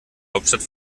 hauptstadt